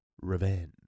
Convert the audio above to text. Revenge